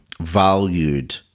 valued